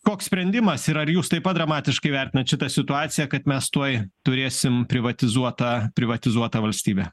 koks sprendimas ir ar jūs taip pat dramatiškai vertinat šitą situaciją kad mes tuoj turėsim privatizuotą privatizuotą valstybę